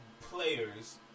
players